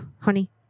honey